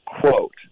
quote